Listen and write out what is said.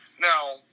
Now